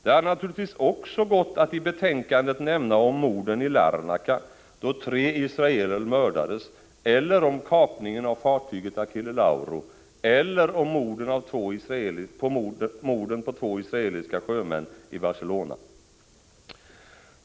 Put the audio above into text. Det hade naturligtvis också gått att i betänkandet nämna om morden i Larnaca, då tre israelser mördades, eller om kapningen av fartyget Achille Lauro, eller om morden på två israeliska sjömän i Barcelona.